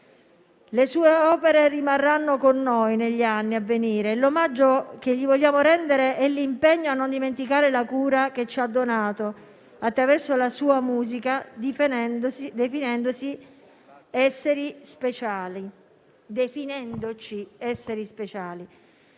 Le sue opere rimarranno con noi negli anni a venire e l'omaggio che gli vogliamo rendere è l'impegno a non dimenticare la cura che ci ha donato, attraverso la sua musica, definendoci esseri speciali. Mi preme evidenziare